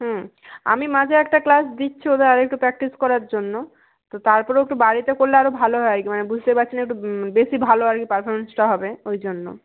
হুম আমি মাঝে একটা ক্লাস দিচ্ছি ওদের আরেকটু প্র্যাক্টিস করার জন্য তো তারপরেও একটু বাড়িতে করলে আরও ভালো হয় কি মানে বুঝতে পারছেন একটু বেশি ভালো আর কি হয় পারফরমেন্সটা হবে ওই জন্য